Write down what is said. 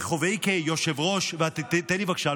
בכובעי כיושב-ראש, תן לי, בבקשה.